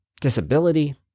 disability